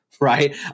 right